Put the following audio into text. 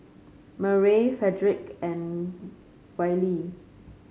Murray Frederick and Wylie